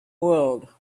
world